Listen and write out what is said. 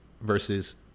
versus